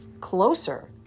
closer